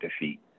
defeat